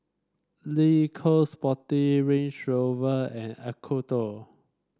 Le Coq Sportif Range Rover and Acuto